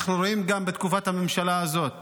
בתקופת הממשלה הזאת